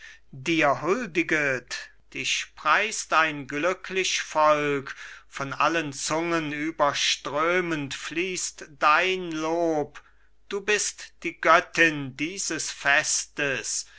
dir huldiget dich preist ein glücklich volk von allen zungen überströmend fließt dein lob du bist die göttin dieses festes